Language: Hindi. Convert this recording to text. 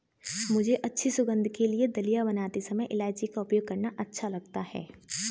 मुझे अच्छी सुगंध के लिए दलिया बनाते समय इलायची का उपयोग करना अच्छा लगता है